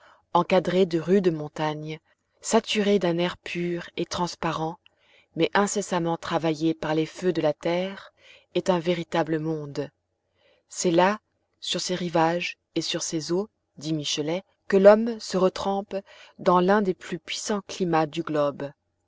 encadrée de rudes montagnes saturée d'un air pur et transparent mais incessamment travaillée par les feux de la terre est un véritable monde c'est là sur ses rivages et sur ses eaux dit michelet que l'homme se retrempe dans l'un des plus puissants climats du globe